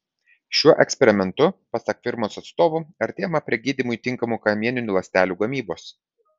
šiuo eksperimentu pasak firmos atstovų artėjama prie gydymui tinkamų kamieninių ląstelių gamybos